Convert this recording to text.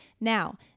now